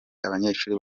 abanyeshuri